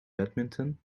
badminton